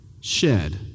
shed